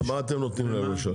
מה אתם נותנים, למשל?